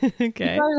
Okay